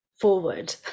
forward